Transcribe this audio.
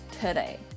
today